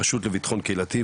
רשות לביטחון קהילתי,